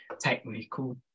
technical